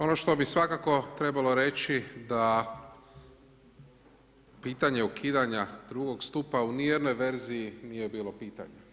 Ono što bih svakako trebalo reći da pitanje ukidanja drugog stupa u nijednoj verziji nije bilo pitanje.